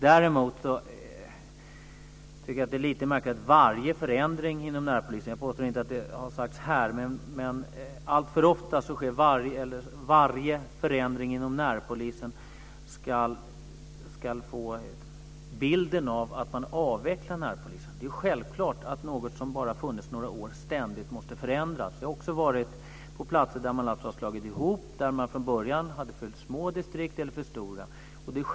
Jag tycker att det är lite märkligt att vid varje förändring inom närpolisen så ges bilden av att man avvecklar den. Jag påstår inte att det har sagts här, men det sägs alltför ofta. Det är självklart att något som bara har funnits i några år ständigt måste förändras. Jag har varit på platser som från början hade för små eller för stora distrikt och där man har slagit ihop distrikten.